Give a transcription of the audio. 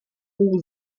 pół